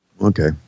Okay